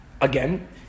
again